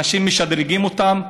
אנשים משדרגים אותם.